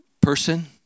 person